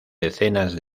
decenas